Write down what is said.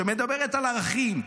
שמדברת על ערכים,